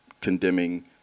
condemning